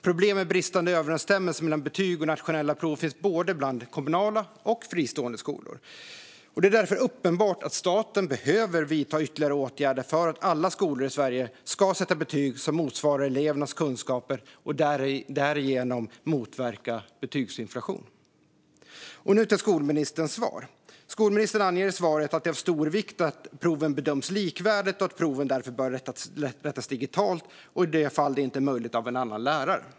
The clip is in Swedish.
Problem med bristande överensstämmelse mellan betyg och nationella prov finns bland både kommunala och fristående skolor. Det är därför uppenbart att staten behöver vidta ytterligare åtgärder för att alla skolor i Sverige ska sätta betyg som motsvarar elevernas kunskaper och därigenom motverka betygsinflationen. Skolministern anger i sitt svar att det är av stor vikt att proven bedöms likvärdigt och att proven därför bör rättas digitalt. I de fall det inte är möjligt bör de rättas av en annan lärare.